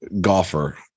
golfer